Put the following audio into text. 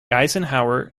eisenhower